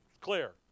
clear